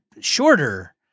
shorter